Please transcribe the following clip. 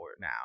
now